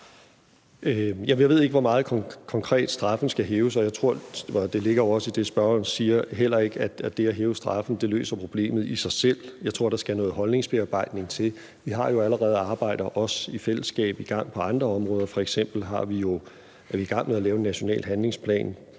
Jeg ved ikke konkret, hvor meget straffen skal hæves, og jeg tror – og det ligger også i det, spørgeren siger – heller ikke, at det at hæve straffen løser problemet i sig selv. Jeg tror, der skal noget holdningsbearbejdning til. Vi har jo allerede arbejder i gang i fællesskab på andre områder. F.eks. er vi i gang med at lave en national handlingsplan